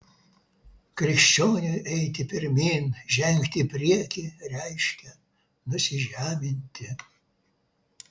krikščioniui eiti pirmyn žengti į priekį reiškia nusižeminti